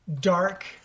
dark